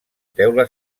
teula